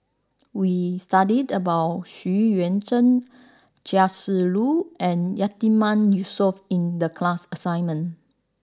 we studied about Xu Yuan Zhen Chia Shi Lu and Yatiman Yusof in the class assignment